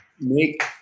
make